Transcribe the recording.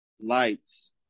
Lights